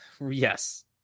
Yes